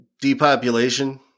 Depopulation